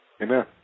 Amen